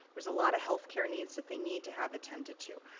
there's a lot of healthcare needs that they need to have attended to.